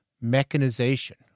mechanization